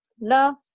Love